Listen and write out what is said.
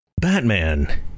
batman